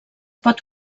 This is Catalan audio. pot